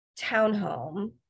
townhome